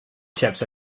chips